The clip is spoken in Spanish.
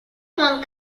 juan